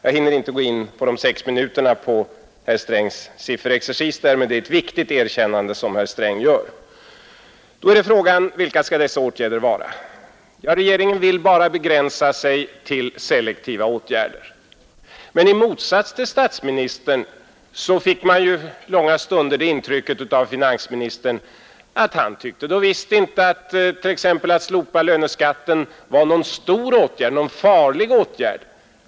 Jag hinner inte på mina sex minuter gå in på herr Strängs sifferexercis, men det är ett viktigt erkännande som herr Sträng nu gör. Då är frågan: Vilka skall dessa åtgärder vara? Ja, regeringen vill begränsa sig till enbart selektiva åtgärder. Men i motsats till vad som gäller statsministern fick man långa stunder det intrycket att finansministern visst inte tyckte att t.ex. ett slopande av löneskatten skulle vara någon stor och farlig åtgärd.